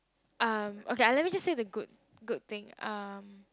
um okay lah let me just say the good good thing um